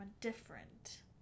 different